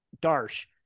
Darsh